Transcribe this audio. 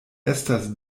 estas